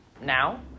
now